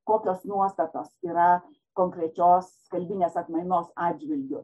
kokios nuostatos yra konkrečios kalbinės atmainos atžvilgiu